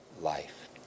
life